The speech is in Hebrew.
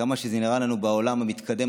כמה שזה נראה לי בעולם המתקדם,